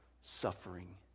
suffering